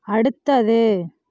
அடுத்தது